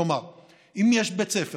כלומר אם יש בית ספר